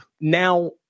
now